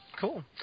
Cool